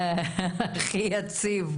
הכי יציב,